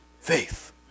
faith